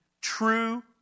true